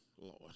Lord